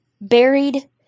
buried